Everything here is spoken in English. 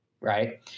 right